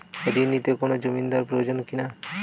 ঋণ নিতে কোনো জমিন্দার প্রয়োজন কি না?